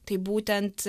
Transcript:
tai būtent